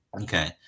Okay